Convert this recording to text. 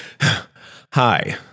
Hi